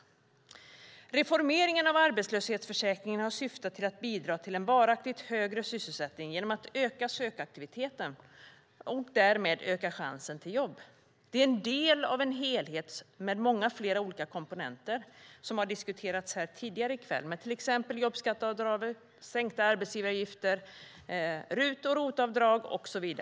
Reformeringen av arbetslöshetsförsäkringen har syftat till att bidra till en varaktigt högre sysselsättning genom att öka sökaktiviteten och därmed öka chansen till jobb. Den är en del av en helhet med många flera olika komponenter som har diskuterats tidigare i kväll, till exempel jobbskatteavdraget, sänkta arbetsgivaravgifter, RUT och ROT-avdrag.